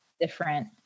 different